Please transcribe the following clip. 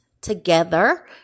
together